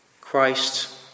Christ